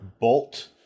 Bolt